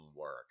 work